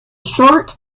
short